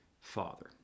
Father